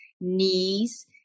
knees